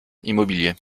immobilier